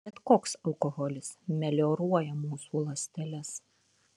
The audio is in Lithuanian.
bet koks alkoholis melioruoja mūsų ląsteles